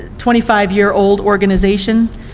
twenty five year old organization,